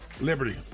Liberty